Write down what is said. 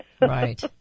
Right